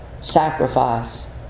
sacrifice